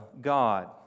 God